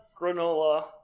granola